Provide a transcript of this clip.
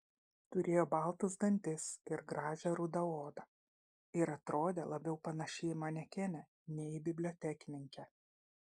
turėjo baltus dantis ir gražią rudą odą ir atrodė labiau panaši į manekenę nei į bibliotekininkę